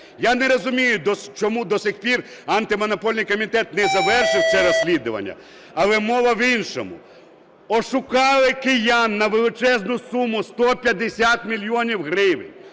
Я не розумію, чому до сих пір Антимонопольний комітет не завершив це розслідування. Але мова в іншому, ошукали киян на величезну суму – 150 мільйонів гривень.